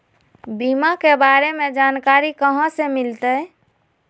बीमा के बारे में जानकारी कहा से मिलते?